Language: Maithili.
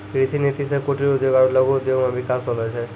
कृषि नीति से कुटिर उद्योग आरु लघु उद्योग मे बिकास होलो छै